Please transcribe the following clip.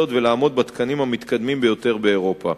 ולעמוד בתקנים המתקדמים ביותר באירופה.